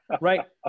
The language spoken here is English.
Right